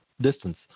distance